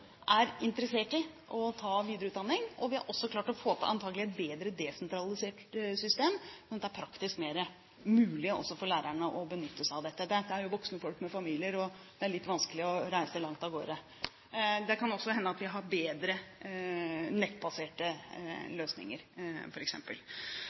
interessert i å ta videreutdanning, og vi har også klart å få til antakelig et bedre desentralisert system, slik at det praktisk er mulig også for lærerne å benytte seg av dette. Dette er jo voksne folk med familier, og det er litt vanskelig å reise langt av gårde. Det kan også hende at vi f.eks. har bedre nettbaserte